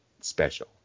special